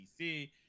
DC